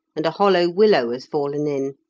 and a hollow willow has fallen in.